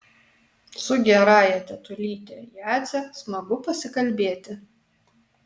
su gerąja tetulyte jadze smagu pasikalbėti